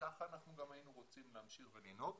ככה היינו גם רוצים להמשיך לנהוג.